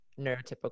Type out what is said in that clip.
neurotypical